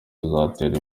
tuzatera